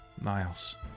miles